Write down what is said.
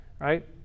right